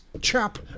Chap